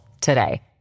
today